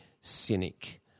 cynic